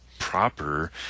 proper